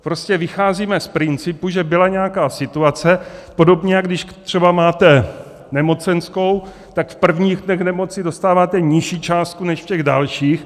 Prostě vycházíme z principu, že byla nějaká situace, podobně jako když třeba máte nemocenskou, tak v prvních dnech nemoci dostáváte nižší částku než v těch dalších.